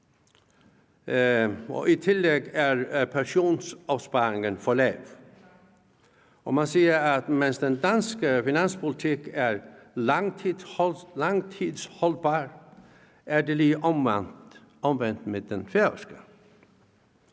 i tillæg er pensionsopsparingen for lav. Man siger, at mens den danske finanspolitik er langtidsholdbar, er det lige omvendt med den færøske.